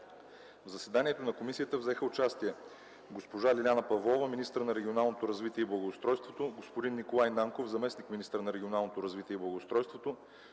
В заседанието на комисията взеха участие: госпожа Лиляна Павлова – министър на регионалното развитие и благоустройството, господин Николай Нанков – заместник-министър на регионалното развитие и благоустройството,